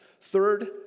Third